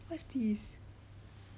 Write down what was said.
what is this